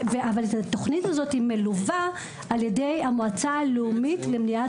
התוכנית הזאת מלווה על ידי המועצה הלאומית למניעת